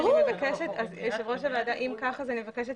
אם כך, אני מבקשת